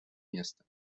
места